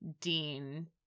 Dean